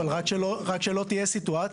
אבל רק שלא תהיה סיטואציה,